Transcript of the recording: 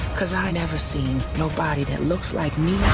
cause i never seen nobody that looks like me.